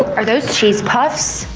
are those cheese puffs?